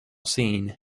scene